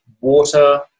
water